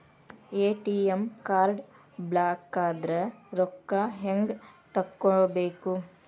ATM card ಬ್ಲಾಕದ್ರ ರೊಕ್ಕಾ ಹೆಂಗ್ ತಕ್ಕೊಬೇಕು?